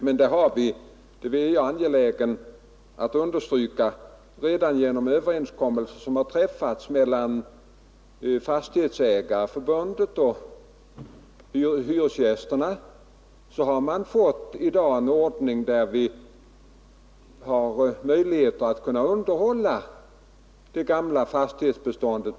Jag är dock angelägen att understryka att vi redan genom den överenskommelse som har träffats mellan Fastighetsägareförbundet och Hyregästernas riksförbund har fått möjlighet att bättre än förut underhålla det äldre fastighetsbeståndet.